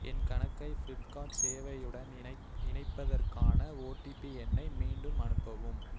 என் கணக்கை ஃப்ளிப்கார்ட் சேவையுடன் இணைப் இணைப்பதற்கான ஓடிபி எண்ணை மீண்டும் அனுப்பவும்